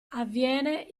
avviene